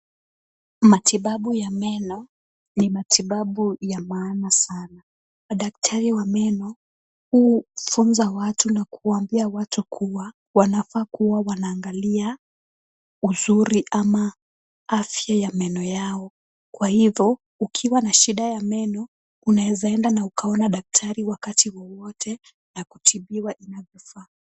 Matibabu ya meno, ni matibabu ya maana sana, daktari wa meno hufunza watu na kuwaambia watu kuwa wanafaa kuwa wanaangalia uzuri ama afya ya meno yao, kwa hivyo ukiwa na shida ya meno unaweza enda na ukaona daktari wakati wowote na kutibiwa inavyofaa.